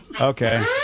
Okay